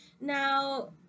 Now